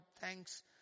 thanks